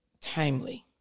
Timely